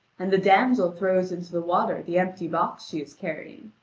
and the damsel throws into the water the empty box she is carrying,